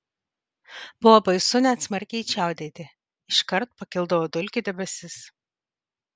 buvo baisu net smarkiai čiaudėti iškart pakildavo dulkių debesis